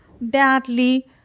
badly